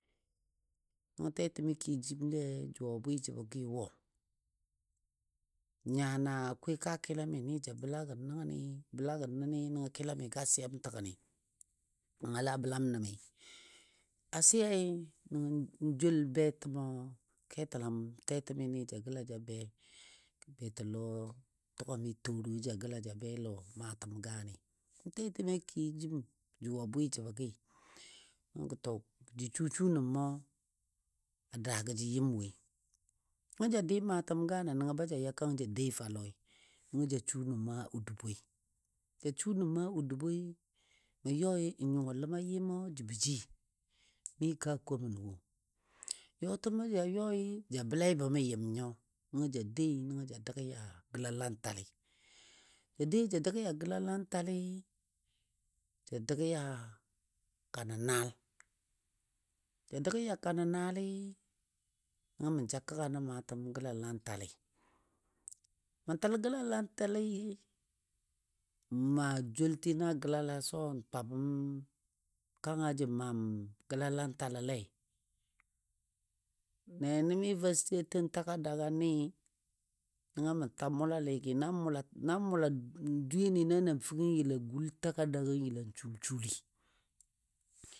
Nəngɔ tɛtɛmi kiyo jimle jʊwa bwɨ jəbɔ gəi wo nya na akwai kaa kilami ni ja bəla gən nəngəni nəni nəngɔ kəlamigɔ a siyam təgəni nəngɔ la bəlam nən nəməi. A siyai n joul betəmo ketəlam tɛtɛmi ni ja gəla ja be, betɔlɔ tugami Toroi ja gəla ja be lɔ maatəm gaani, nəngɔ tɛtɛmi a kiyo jim jʊ a bwɨ jəbɔ gəi, nəngɔ gə to jə susu nən mə a daagɔ jə yɨm woi, nəngɔ ja dɨ maatəm gaano nəngɔ ba ja ya kang ja dai fou a lɔi nəngɔ ja su nən mə a odubɔi. Ja su nən mə a odubɔi mə yoi n nyuwa ləma yɨmo jəbɔ ji mi kaa komən wo. Yɔtəmo ja yɔi ja bəlaibɔ mə yɨm nyo nəngɔ ja dai nəngɔ ja dagɨ a gəlalantali. Ja dai ja dagɨ a gəlalantali, ja dəgɨ a kanɔ naal, ja dəgɨ a kano naali nəngɔ mə ja kəga nən maatəm gəlalantali. Mə təl gəlalantali n maa jountino a gəlala so n twabəm kangə jə maam gəlalatalile. nɛnɛmi Vasty a ten takarda gɔ a nɨ nəngɔ mə ta mʊlaligi nan mʊla nan mʊla dweyeninɨ na namfəngɨ n yəla gul takarda gɔ yəlan shulshuli.